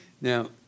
Now